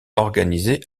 organisés